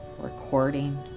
recording